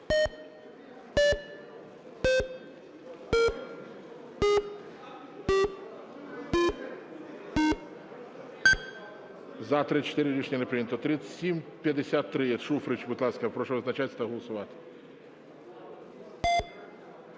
За-34 Рішення не прийнято. 3753, Шуфрич. Будь ласка, прошу визначатися та голосувати.